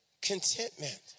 Contentment